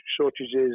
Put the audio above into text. shortages